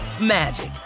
magic